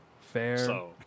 Fair